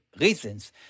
reasons